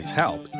help